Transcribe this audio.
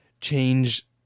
change